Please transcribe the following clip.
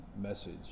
message